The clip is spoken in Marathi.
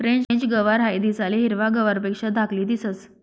फ्रेंच गवार हाई दिसाले हिरवा गवारपेक्षा धाकली दिसंस